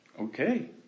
okay